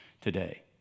today